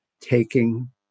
taking